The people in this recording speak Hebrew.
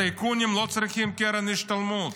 הטייקונים לא צריכים קרן השתלמות,